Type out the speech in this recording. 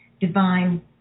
divine